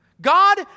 God